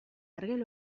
ergel